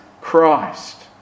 Christ